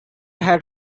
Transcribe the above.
had